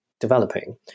developing